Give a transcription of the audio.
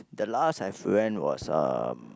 the last I've went was um